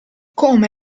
come